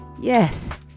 yes